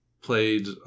played